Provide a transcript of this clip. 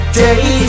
day